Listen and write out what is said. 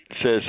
says